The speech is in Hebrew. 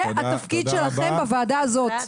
זה התפקיד שלכם בוועדה הזאת.